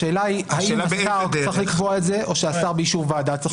השאלה היא האם השר צריך לקבוע את זה או השר באישור ועדה.